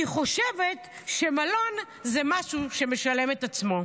היא חושבת שמלון זה משהו שמשלם את עצמו.